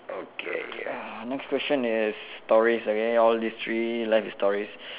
okay ya next question is stories okay all these three left is stories